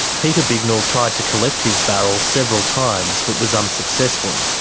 peter bignell tried to collect his barrel several times but was unsuccessful.